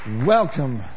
Welcome